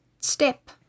step